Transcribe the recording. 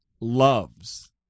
loves